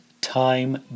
time